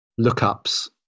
lookups